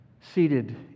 seated